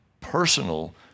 personal